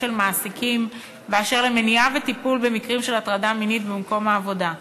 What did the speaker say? של מעסיקים באשר למניעה וטיפול במקרים של הטרדה מינית במקום העבודה.